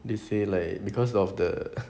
they say like because of the